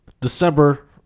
December